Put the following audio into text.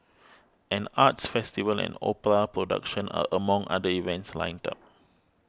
an arts festival and opera production are among other events lined up